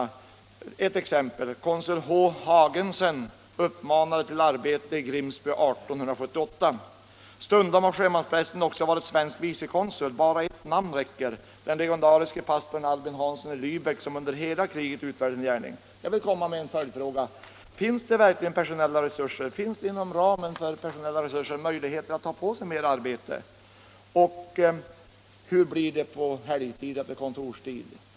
Så var det t.ex. när konsul H. Haagensen uppmanade till arbete i Grimsby 1878. Stundom har sjömansprästen också varit svensk vicekonsul. Ett enda namn räcker som exempel: den legendariske pastorn Albin Hansson i Läbeck, som utförde sin gärning under hela kriget. Jag vill ställa en följdfråga till utrikesministern: Finns det inom ramen för personella resurser möjligheter för konsulaten att ta på sig mera arbete, och hur blir det på helgtid och efter kontorstid?